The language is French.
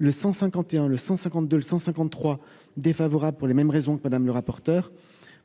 n 151, 152 et 153, pour les mêmes raisons que Mme la rapporteure,